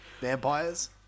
vampires